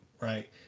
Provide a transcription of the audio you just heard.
right